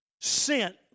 sent